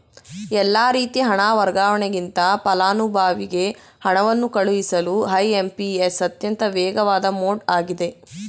ಎಲ್ಲಾ ರೀತಿ ಹಣ ವರ್ಗಾವಣೆಗಿಂತ ಫಲಾನುಭವಿಗೆ ಹಣವನ್ನು ಕಳುಹಿಸಲು ಐ.ಎಂ.ಪಿ.ಎಸ್ ಅತ್ಯಂತ ವೇಗವಾದ ಮೋಡ್ ಆಗಿದೆ